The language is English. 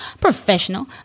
professional